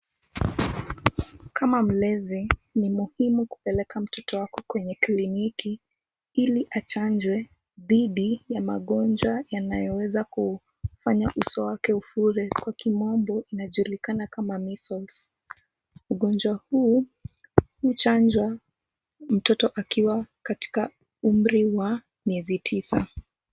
Kama mlezi, ni muhimu kupeleka mtoto wako kwenye kliniki, ili achanjwe dhidi ya magonjwa yanayoweza kufanya uso wake ufure, kwa kimombo unaojilikana kama measles . Ugonjwa huu huchanjwa mtoto akiwa katika umri wa miezi tisa.